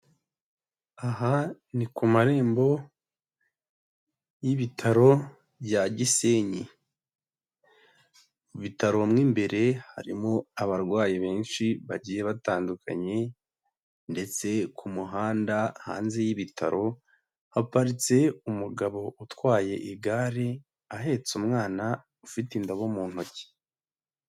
Aha ni ku marembo y'ibitaro bya Gisenyi, ibitaro mo imbere harimo abarwayi benshi bagiye batandukanye ndetse ku muhanda hanze y'ibitaro, haparitse umugabo utwaye igare, ahetse umwana ufite indobo mu ntoki.